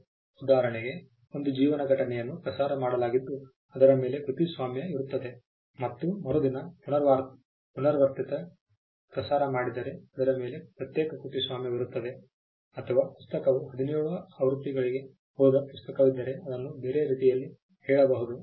ಉದಾಹರಣೆಗೆ ಒಂದು ಜೀವನ ಘಟನೆಯನ್ನು ಪ್ರಸಾರ ಮಾಡಲಾಗಿದ್ದು ಅದರ ಮೇಲೆ ಕೃತಿಸ್ವಾಮ್ಯ ಇರುತ್ತದೆ ಮತ್ತು ಮರುದಿನ ಪುನರಾವರ್ತಿತ ಪ್ರಸಾರ ಮಾಡಿದರೆ ಅದರ ಮೇಲೆ ಪ್ರತ್ಯೇಕ ಕೃತಿಸ್ವಾಮ್ಯವಿರುತ್ತದೆ ಅಥವಾ ಪುಸ್ತಕವು ಹದಿನೇಳು ಆವೃತ್ತಿಗಳಿಗೆ ಹೋದ ಪುಸ್ತಕವಿದ್ದರೆ ಅದನ್ನು ಬೇರೆ ರೀತಿಯಲ್ಲಿ ಹೇಳಬಹುದು